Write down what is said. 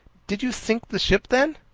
did you sink the ship, then?